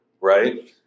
right